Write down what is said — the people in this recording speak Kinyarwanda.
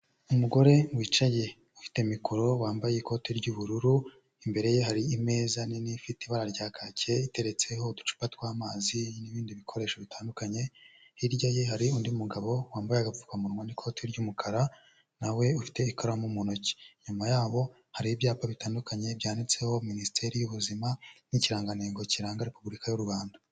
Umugore wicaye ufite mikoro wambaye ikoti ry'ubururu, imbere ye hari imeza nini ifite ibara rya kaki iteretseho uducupa tw'amazi, n'ibindi bikoresho bitandukanye, hirya ye hari undi mugabo wambaye agapfukamuwa n'ikoti ry'umukara, na we ufite ikaramu mu ntoki. Inyuma yabo hariho ibyapa bitandukanye byanditseho Minisiteri y'ubuzima n'ikirangantengo kiranga Repubulika y'u Rwanda.